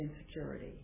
insecurity